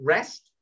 Rest